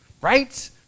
right